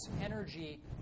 energy